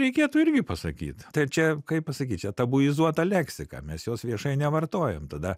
reikėtų irgi pasakyt tai čia kaip pasakyt čia tabuizuota leksika mes jos viešai nevartojame tada